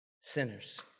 sinners